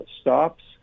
stops